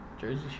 Jersey